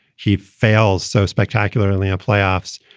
he fails so spectacularly in playoffs,